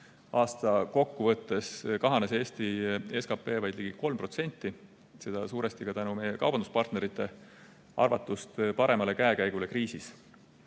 Aasta kokkuvõttes kahanes Eesti SKP vaid ligi 3%, seda suuresti ka tänu meie kaubanduspartnerite arvatust paremale käekäigule kriisis.